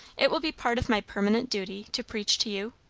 it will be part of my permanent duty to preach to you?